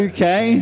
Okay